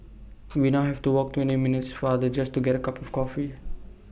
we now have to walk twenty minutes farther just to get A cup of coffee